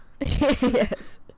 Yes